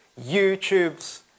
YouTubes